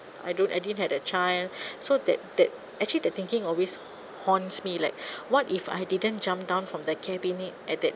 I don't I didn't had a child so that that actually the thinking always haunt me like what if I didn't jump down from the cabinet at that